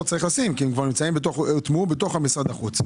צריך להעביר כי הם כבר הוטמעו בתוך משרד החוץ.